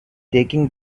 taking